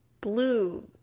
blue